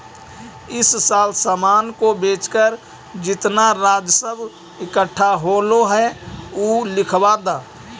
इस साल सामान को बेचकर जितना राजस्व इकट्ठा होलो हे उ लिखवा द